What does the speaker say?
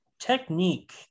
technique